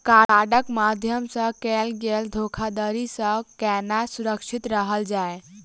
कार्डक माध्यम सँ कैल गेल धोखाधड़ी सँ केना सुरक्षित रहल जाए?